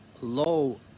low